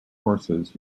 horses